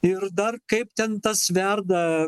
ir dar kaip ten tas verda